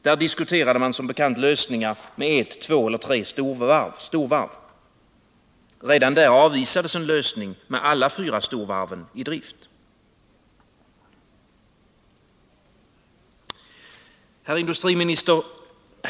Där diskuterade man som bekant lösningar med ett, två eller tre storvarv. Redan där avvisades en lösning med alla fyra storvarven i drift. Herr industriminister!